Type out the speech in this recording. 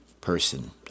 Person